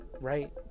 right